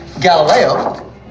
Galileo